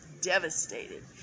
devastated